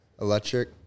electric